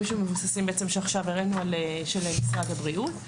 שמבוססים על משרד הבריאות ושעכשיו הראינו.